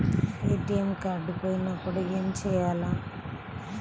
ATM card పోయినప్పుడు ఏమి చేయాలి?